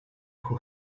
who